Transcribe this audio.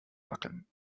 wackeln